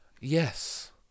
Yes